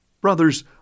Brothers